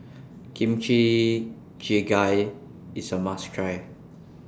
Kimchi Jjigae IS A must Try